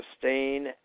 sustain